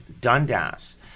Dundas